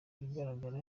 bigaragara